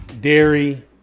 dairy